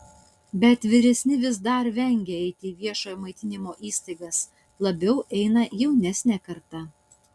bet vyresni vis dar vengia eiti į viešojo maitinimo įstaigas labiau eina jaunesnė karta